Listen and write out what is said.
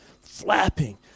flapping